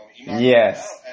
Yes